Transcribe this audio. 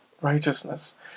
righteousness